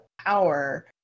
power